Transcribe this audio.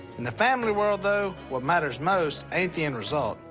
in the family world, though, what matters most ain't the end result,